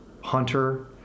hunter